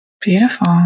Beautiful